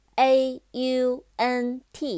aunt